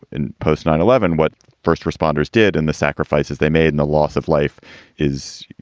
in post nine eleven, what first responders did and the sacrifices they made in the loss of life is,